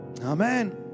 Amen